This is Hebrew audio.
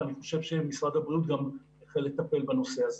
ואני חושב שמשרד הבריאות החל לטפל בנושא הזה.